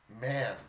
man